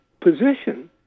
position